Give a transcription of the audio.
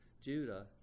Judah